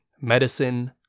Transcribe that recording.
medicine